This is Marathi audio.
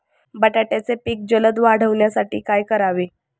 बटाट्याचे पीक जलद वाढवण्यासाठी काय करावे?